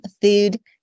food